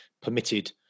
permitted